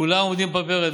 כולם עומדים בפרץ.